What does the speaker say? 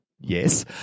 yes